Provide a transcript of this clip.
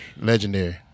Legendary